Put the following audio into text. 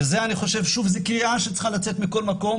ואני חושב שזו קריאה שצריכה לצאת מכל מקום